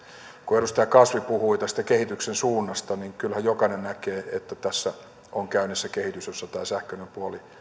kun edustaja kasvi puhui tästä kehityksen suunnasta niin kyllähän jokainen näkee että tässä on käynnissä kehitys jossa tämä sähköinen puoli